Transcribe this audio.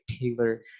taylor